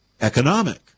economic